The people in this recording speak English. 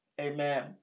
Amen